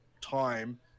time